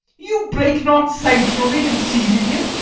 you break not sanctuary in seizing him.